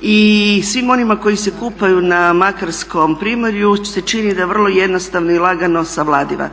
i svim onima koji se kupaju na makarskom primorju se čini da vrlo jednostavno i lagano savladiva.